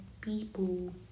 people